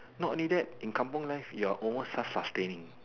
not only that in Kampung life you are almost self sustaining